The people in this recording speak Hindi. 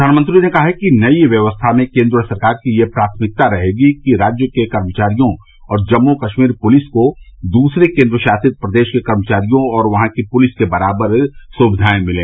प्रधानमंत्री ने कहा कि नई व्यवस्था में केंद्र सरकार की ये प्राथमिकता रहेगी कि राज्य के कर्मचारियों को जम्मू कश्मीर पुलिस को दूसरे केंद्र शासित प्रदेश के कर्मचारियों और वहां की पुलिस के बराबर सुविधाएं मिलें